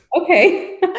okay